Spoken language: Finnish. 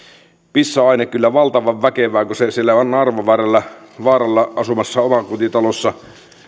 pissa aine kyllä valtavan väkevää kun on siellä naarvan vaaralla asumassa omakotitalossa